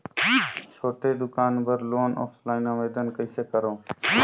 छोटे दुकान बर लोन ऑफलाइन आवेदन कइसे करो?